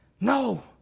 No